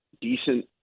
decent